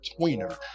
tweener